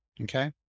okay